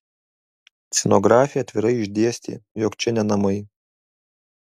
scenografė atvirai išdėstė jog čia ne namai